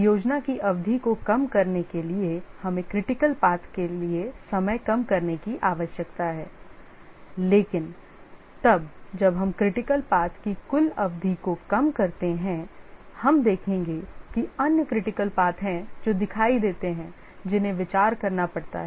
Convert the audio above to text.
परियोजना की अवधि को कम करने के लिए हमें critical path के लिए समय कम करने की आवश्यकता है लेकिन तब जब हम critical path की कुल अवधि को कम करते हैं हम देखेंगे कि अन्य critical path हैं जो दिखाई देते हैं जिन्हें विचार करना पड़ता है